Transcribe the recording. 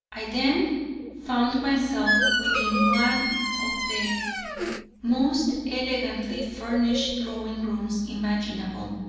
i then found myself within one of the most elegantly furnished drawing rooms imaginable.